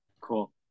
Cool